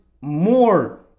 more